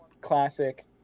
classic